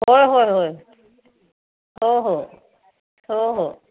होय होय होय हो हो हो हो